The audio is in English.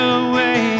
away